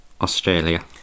Australia